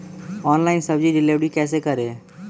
Online सब्जी deliver कैसे करें?